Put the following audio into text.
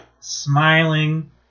Smiling